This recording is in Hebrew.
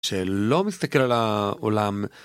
שלא מסתכל על העולם...